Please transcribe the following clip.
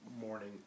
Morning